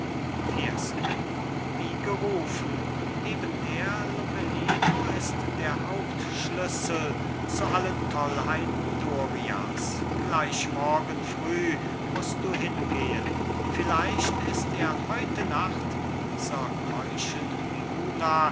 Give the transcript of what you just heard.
fiesco wie gerufen eben der lomellino ist der hauptschlüssel zu allen tollheiten dorias gleich morgen früh mußt du hingehen vielleicht ist er heute nacht dieser keuschen luna